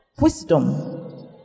Wisdom